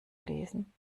lesen